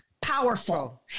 powerful